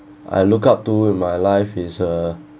I look up to in my life is uh